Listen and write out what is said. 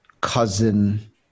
cousin